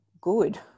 good